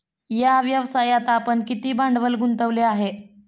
या व्यवसायात आपण किती भांडवल गुंतवले आहे?